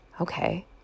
Okay